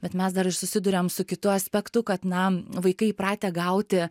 bet mes dar ir susiduriam su kitu aspektu kad na vaikai įpratę gauti